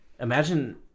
Imagine